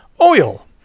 Oil